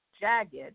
jagged